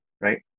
right